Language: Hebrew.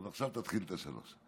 אז עכשיו תתחיל את השלוש.